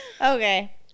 okay